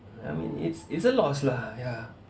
I mean it's it's a loss lah ya